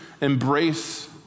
embrace